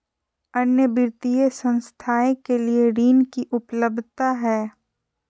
अन्य वित्तीय संस्थाएं के लिए ऋण की उपलब्धता है?